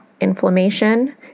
inflammation